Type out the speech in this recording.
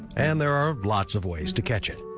and there are lots of ways to catch it.